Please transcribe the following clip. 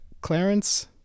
Clarence